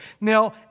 Now